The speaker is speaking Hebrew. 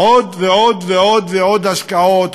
עוד ועוד ועוד ועוד השקעות,